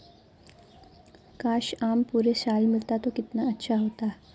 काश, आम पूरे साल मिलता तो कितना अच्छा होता